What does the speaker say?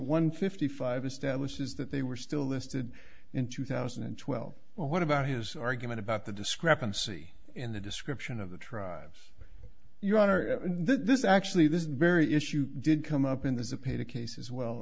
one fifty five establishes that they were still listed in two thousand and twelve well what about his argument about the discrepancy in the description of the tribes your honor this actually this very issue did come up in this a paid a case as well